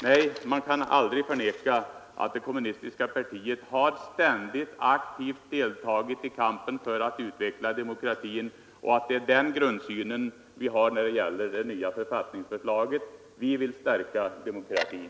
Nej, man kan aldrig förneka att det kommunistiska partiet ständigt aktivt har deltagit i kampen för att utveckla demokratin och att det är den grundsynen vi har när det gäller det nya författningsförslaget. Vi vill stärka demokratin.